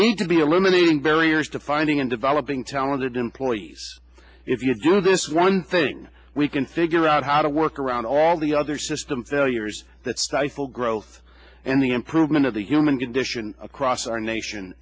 need to be eliminating barriers to finding and developing talented employees if you do this one thing we can figure out how to work around all the other system failures that stifle growth and the improvement of the human condition across our nation